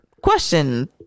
question